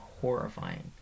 Horrifying